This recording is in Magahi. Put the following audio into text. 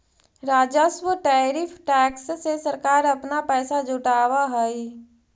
राजस्व टैरिफ टैक्स से सरकार अपना पैसा जुटावअ हई